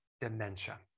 Dementia